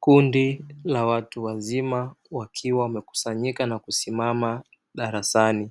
Kundi la watu wazima wakiwa wamekusanyika na kusimama darasani,